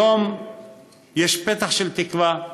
היום יש פתח של תקווה.